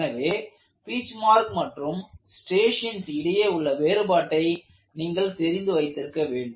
எனவே பீச்மார்க் மற்றும் ஸ்ட்ரியேஷன்ஸ் இடையே உள்ள வேறுபாட்டை நீங்கள் தெரிந்து வைத்திருக்க வேண்டும்